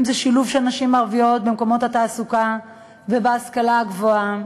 אם שילוב של נשים ערביות במקומות התעסוקה ובהשכלה הגבוהה,